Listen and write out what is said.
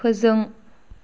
फोजों